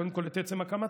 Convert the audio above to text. קודם כול את עצם הקמתה,